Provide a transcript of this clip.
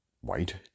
white